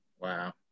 Wow